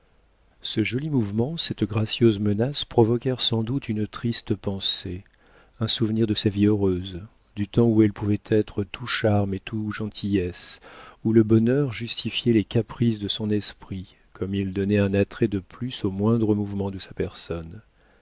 ce joli mouvement cette gracieuse menace provoquèrent sans doute une triste pensée un souvenir de sa vie heureuse du temps où elle pouvait être tout charme et tout gentillesse où le bonheur justifiait les caprices de son esprit comme il donnait un attrait de plus aux moindres mouvements de sa personne